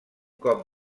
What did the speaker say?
cop